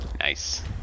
Nice